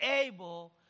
able